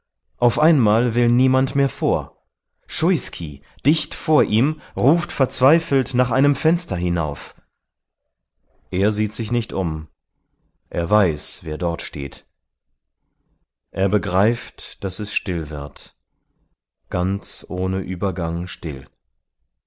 auf einmal will niemand mehr vor schuiskij dicht vor ihm ruft verzweifelt nach einem fenster hinauf er sieht sich nicht um er weiß wer dort steht er begreift daß es still wird ganz ohne übergang still